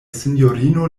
sinjorino